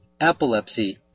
epilepsy